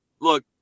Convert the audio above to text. look